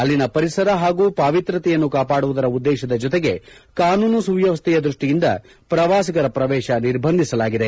ಅಲ್ಲಿನ ಪರಿಸರ ಹಾಗೂ ಪಾವಿತ್ರ್ಯತೆಯನ್ನು ಕಾಪಾಡುವುದರ ಉದ್ಲೇಶದ ಜೊತೆಗೆ ಕಾನೂನು ಸುವ್ಲವಸ್ಥೆಯ ದೃಷ್ಷಿಯಿಂದ ಪ್ರವಾಸಿಗರ ಪ್ರವೇಶ ಪ್ರವೇಶ ನಿರ್ಬಂಧಿಸಲಾಗಿದೆ